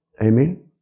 Amen